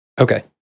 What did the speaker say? Okay